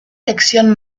lección